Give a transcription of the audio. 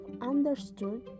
understood